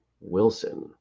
Wilson